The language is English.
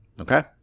Okay